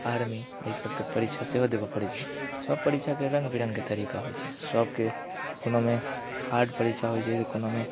army एहिसभके परीक्षा सेहो देबय पड़ैत छै सभ परीक्षाके रङ्ग बिरङ्गके तरीका होइत छै सभके कोनोमे हार्ड परीक्षा होइत छै तऽ कोनोमे